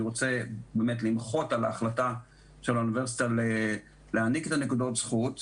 אני רוצה למחות על ההחלטה של האוניברסיטה להעניק את נקודות הזכות האלה.